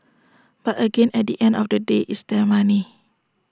but again at the end of the day it's their money